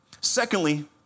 Secondly